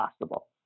possible